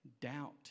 Doubt